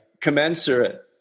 commensurate